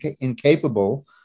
incapable